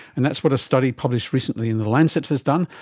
and that's what a study published recently in the lancet has done,